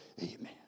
Amen